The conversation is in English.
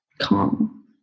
calm